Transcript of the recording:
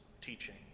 teaching